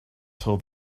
till